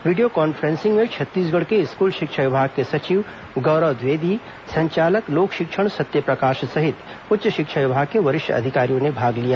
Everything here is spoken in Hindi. वीडियो कॉन्फ्रेंसिंग में छत्तीसगढ़ के स्कूल शिक्षा विभाग के सचिव गौरव द्विवेदी संचालक लोक शिक्षण सत्यप्रकाश सहित उच्च शिक्षा विभाग के वरिष्ठ अधिकारियों ने भाग लिया